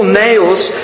nails